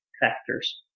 factors